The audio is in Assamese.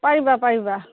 পাৰিবা পাৰিবা